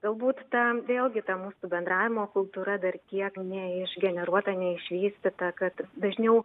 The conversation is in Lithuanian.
galbūt ten vėlgi ta mūsų bendravimo kultūra dar tiek neišgeneruota neišvystyta kad dažniau